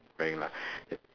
wearing lah